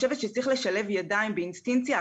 ספציפיים שאפשר לטפל בהם באופן נקודתי,